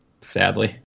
sadly